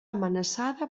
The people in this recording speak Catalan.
amenaçada